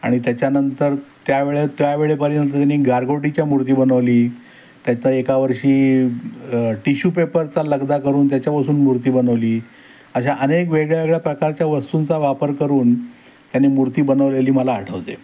आणि त्याच्यानंतर त्यावेळे त्यावेळेपर्यंत त्याने गारगोटीच्या मूर्ती बनवली त्याचा एका वर्षी टिशू पेपरचा लगदा करून त्याच्यापासून मूर्ती बनवली अशा अनेक वेगळ्या वेगळ्या प्रकारच्या वस्तूंचा वापर करून त्याने मूर्ती बनवलेली मला आठवते